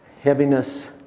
heaviness